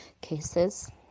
cases